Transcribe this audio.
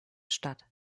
statt